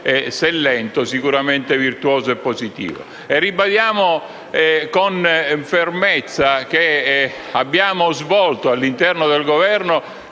se lento, sicuramente virtuoso e positivo. Ribadiamo con fermezza che, all'interno del Governo,